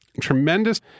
tremendous